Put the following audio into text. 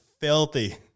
filthy